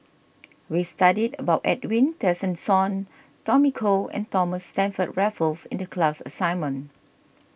we studied about Edwin Tessensohn Tommy Koh and Thomas Stamford Raffles in the class assignment